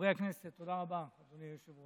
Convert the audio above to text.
חברי הכנסת, תודה רבה, אדוני היושב-ראש.